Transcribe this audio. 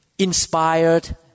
Inspired